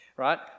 right